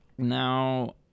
Now